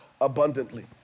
abundantly